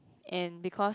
and because